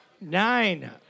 nine